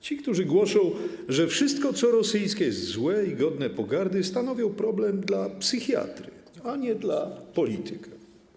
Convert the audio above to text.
Ci, którzy głoszą, że wszystko, co rosyjskie, jest złe i godne pogardy, stanowią problem dla psychiatry, a nie dla polityka.